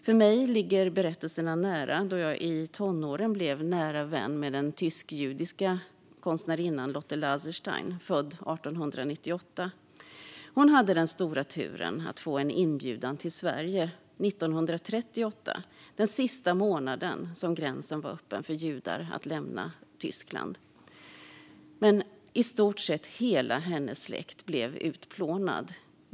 För mig ligger berättelserna nära, då jag i tonåren blev nära vän med den tysk-judiska konstnärinnan Lotte Laserstein, född 1898. Hon hade den stora turen att få en inbjudan till Sverige 1938, den sista månaden som gränsen var öppen för judar att lämna Tyskland. Men i stort sett hela hennes släkt blev utplånad.